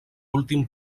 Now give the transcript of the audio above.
últim